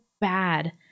bad